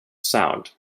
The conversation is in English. sound